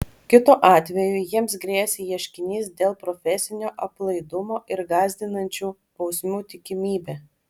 kitu atveju jiems grėsė ieškinys dėl profesinio aplaidumo ir gąsdinančių bausmių tikimybė